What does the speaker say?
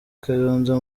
kayonza